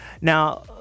Now